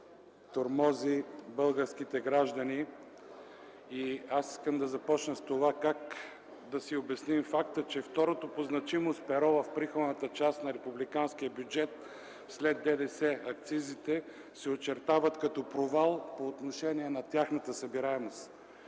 тормози българските граждани и аз искам да започна с това как да си обясним факта, че второто по значимост перо в приходната част на Републиканския бюджет след ДДС – акцизите, се очертават като провал по отношение на тяхната събираемост.